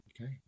Okay